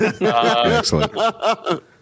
Excellent